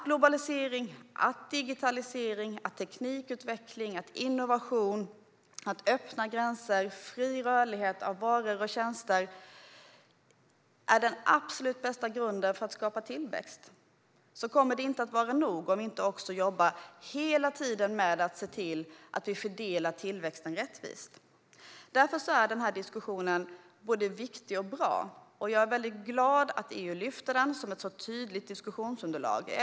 Globalisering, digitalisering, teknikutveckling, innovation, öppna gränser, fri rörlighet av varor och tjänster är den absolut bästa grunden för att skapa tillväxt. Men det kommer inte att räcka om vi inte hela tiden också jobbar med att se att fördela tillväxten rättvist. Därför är den här diskussionen både viktig och bra. Jag är glad över att EU lyfter den som ett så tydligt diskussionsunderlag.